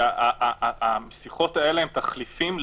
כי השיחות האלה הן תחליפים לפגישות.